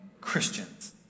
Christians